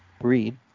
read